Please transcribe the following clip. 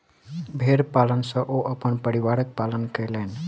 भेड़ पालन सॅ ओ अपन परिवारक पालन कयलैन